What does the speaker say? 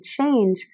change